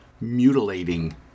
mutilating